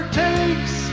takes